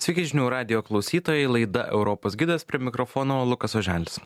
sveiki žinių radijo klausytojai laida europos gidas prie mikrofono lukas oželis